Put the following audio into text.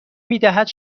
میدهد